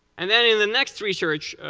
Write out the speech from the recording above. and then in the next research,